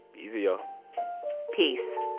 be easy, y'all peace